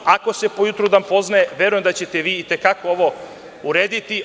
Ako se po jutru dan poznaje, verujem da ćete vi i te kako ovo urediti.